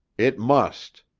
it must.